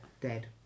dead